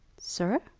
Sir